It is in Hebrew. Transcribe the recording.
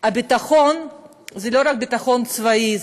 הביטחון הוא לא רק ביטחון צבאי,